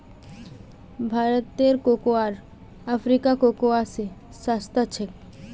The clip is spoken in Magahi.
भारतेर कोकोआ आर अफ्रीकार कोकोआ स सस्ता छेक